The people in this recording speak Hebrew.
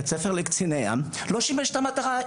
בית ספר לקציני ים לא שימש את המטרה,